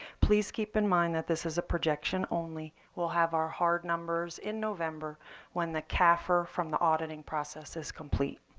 please keep in mind that this is a projection only. we'll have our hard numbers in november when the cafr from the auditing process is complete.